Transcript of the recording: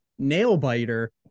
nail-biter